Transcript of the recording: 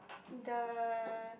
the